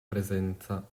presenza